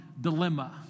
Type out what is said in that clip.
dilemma